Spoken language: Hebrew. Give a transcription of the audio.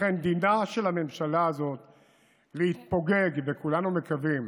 ולכן דינה של הממשלה הזאת להתפוגג, וכולנו מקווים